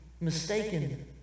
mistaken